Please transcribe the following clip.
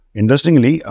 Interestingly